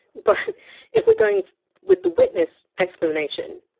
but if we're going with the witness explanation,